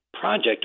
project